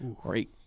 great